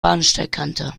bahnsteigkante